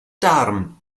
darm